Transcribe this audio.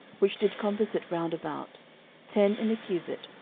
which did compass it round about ten in a cubit,